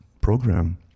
program